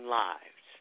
lives